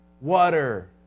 water